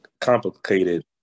complicated